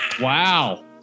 Wow